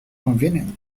convenient